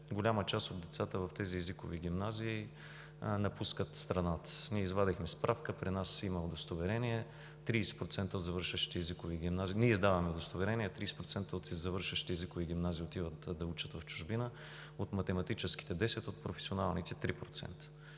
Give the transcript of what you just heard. голяма част от децата в тези езикови гимназии напускат страната. Извадихме справка. Ние издаваме удостоверения – 30% от завършващите езикови гимназии отиват да учат в чужбина, от математическите – 10%, от професионалните – 3%.